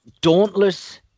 dauntless